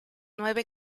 nueve